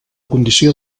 condició